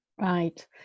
right